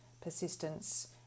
persistence